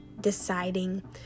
deciding